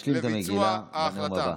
תשלים את המגילה בנאום הבא.